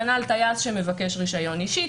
כנ"ל טייס שמבקש רישיון אישי,